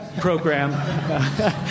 program